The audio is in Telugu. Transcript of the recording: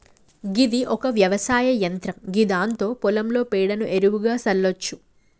గిది ఒక వ్యవసాయ యంత్రం గిదాంతో పొలంలో పేడను ఎరువుగా సల్లచ్చు